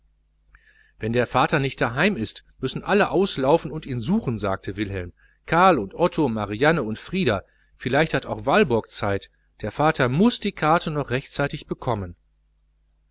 wenn der vater nicht daheim ist müssen alle auslaufen und ihn suchen sagte wilhelm karl und otto marianne und frieder vielleicht hat auch walburg zeit der vater muß das billet zu rechter zeit bekommen